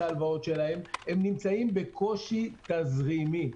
ההלוואות שלהם הם נמצאים בקושי תזרימי.